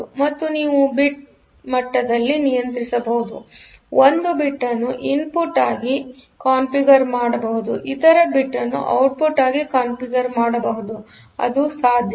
ಮತ್ತು ನೀವು ಬಿಟ್ ಮಟ್ಟದಲ್ಲಿ ನಿಯಂತ್ರಿಸಬಹುದು ಒಂದು ಬಿಟ್ ಅನ್ನುಇನ್ಪುಟ್ಆಗಿ ಕಾನ್ಫಿಗರ್ ಮಾಡಬಹುದು ಇತರ ಬಿಟ್ ಔಟ್ಪುಟ್ ಆಗಿ ಕಾನ್ಫಿಗರ್ ಮಾಡಬಹುದು ಅದು ಸಾಧ್ಯ